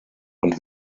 und